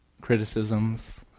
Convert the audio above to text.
criticisms